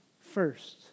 first